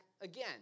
again